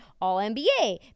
All-NBA